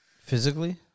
Physically